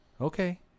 Okay